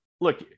look